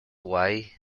why